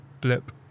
blip